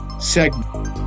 segment